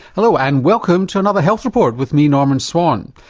hello and welcome to another health report with me, norman swan.